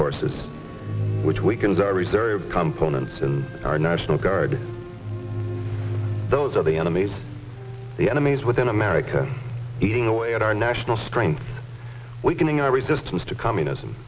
forces which weakens our reserve components in our national guard those are the enemies the enemies within america eating away at our national strength weakening our resistance to communism